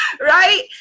Right